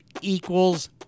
equals